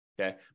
okay